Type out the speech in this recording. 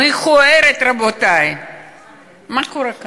רגע, רגע, אחריה.